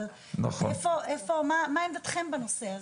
אבל מה עמדתכם בנושא הזה?